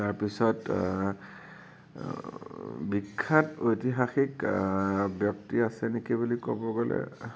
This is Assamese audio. তাৰপিছত বিখ্যাত ঐতিহাসিক ব্যক্তি আছে নেকি বুলি ক'ব গ'লে